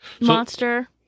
monster